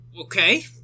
okay